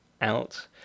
out